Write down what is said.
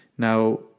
Now